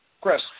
Chris